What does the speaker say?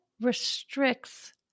restricts